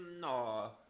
no